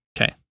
Okay